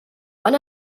van